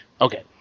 Okay